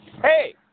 Hey